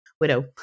widow